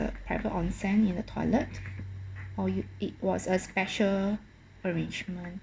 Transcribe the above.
private onsen in the toilet or you it was a special arrangement